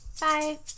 Bye